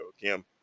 Kim